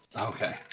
Okay